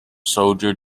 soldier